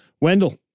Wendell